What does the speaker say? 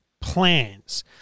plans